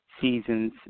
seasons